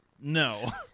no